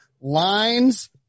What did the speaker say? lines